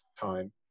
time